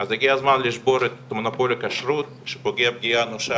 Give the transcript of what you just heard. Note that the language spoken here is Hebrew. אז הגיע הזמן לשבור את מונופול הכשרות שפוגע פגיעה אנושה